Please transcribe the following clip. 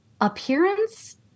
appearance